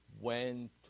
went